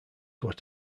what